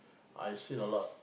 I've seen a lot